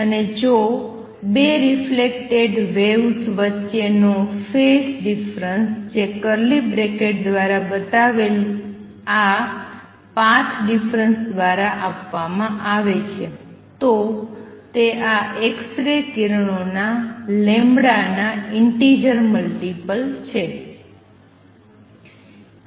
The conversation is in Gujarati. અને જો ૨ રિફલેકટેડ વેવ્સ વચ્ચેનો ફેઝ ડિફરન્સ જે કર્લિ બ્રેકેટ દ્વારા બતાવેલ આ પાથ ડિફરન્સ દ્વારા આપવામાં આવે છે તો તે આ એક્સ રે કિરણોના λ ના ઈંટીજર મલ્ટિપલ છે